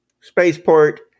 spaceport